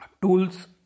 tools